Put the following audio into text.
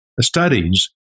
studies